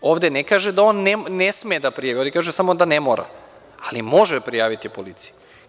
Ovde ne kaže da on ne sme da prijavi, on kaže da ne mora, ali može prijaviti policiji.